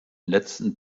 letzten